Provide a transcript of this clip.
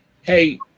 Hey